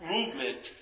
movement